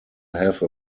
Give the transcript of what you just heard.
have